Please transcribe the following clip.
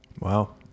Wow